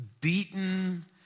beaten